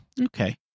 Okay